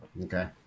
okay